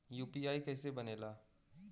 UPI कईसे बनेला?